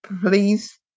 Please